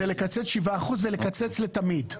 זה לקצץ שבעה אחוז, ולקצץ לתמיד.